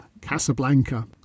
Casablanca